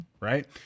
right